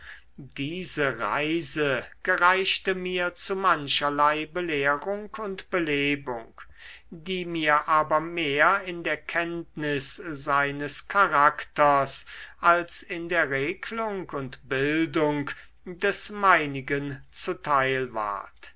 diese reise gereichte mir zu mancherlei belehrung und belebung die mir aber mehr in der kenntnis seines charakters als in der reglung und bildung des meinigen zuteil ward